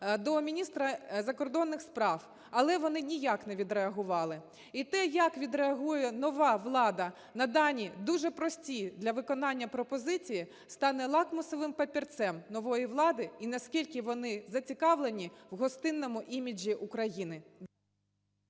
до міністра закордонних справ, але вони ніяк не відреагували. І те, як відреагує нова влада на дані, дуже прості для виконання, пропозиції стане лакмусовим папірцем нової влади і наскільки вони зацікавлені в гостинному іміджі України.